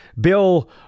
Bill